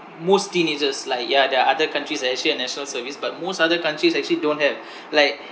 most teenagers like ya there are other countries that actually have national service but most other countries actually don't have like